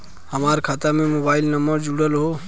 हमार खाता में मोबाइल नम्बर जुड़ल हो?